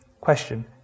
question